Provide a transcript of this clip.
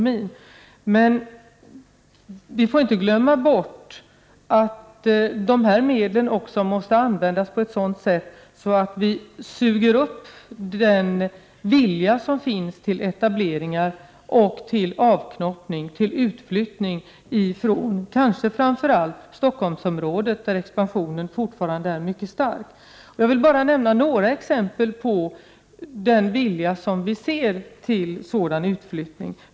Men vi får inte glömma bort att dessa medel också måste användas på ett sådant sätt att man suger upp den vilja som finns till etableringar och till avknoppning, till utflyttning, från kanske framför allt Stockholmsområdet där expansionen fortfarande är mycket stark. Jag vill nämna några exempel på den vilja som finns till sådan utflyttning.